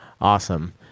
Awesome